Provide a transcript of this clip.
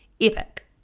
epic